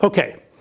Okay